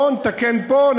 בוא נתקן פה,